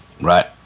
Right